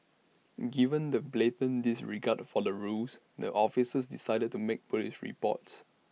given the blatant disregard for the rules the officer decided to make Police reports